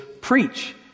preach